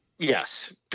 Yes